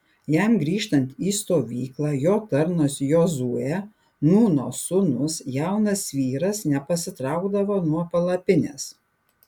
jam grįžtant į stovyklą jo tarnas jozuė nūno sūnus jaunas vyras nepasitraukdavo nuo palapinės